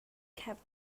kept